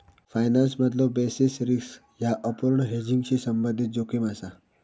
फायनान्समधलो basis risk ह्या अपूर्ण हेजिंगशी संबंधित जोखीम असा